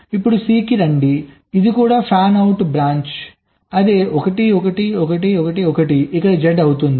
C కి రండి ఇది కూడా ఫ్యాన్అవుట్ బ్రాంచ్ అదే 1 1 1 1 1 ఇక్కడ Z అవుతుంది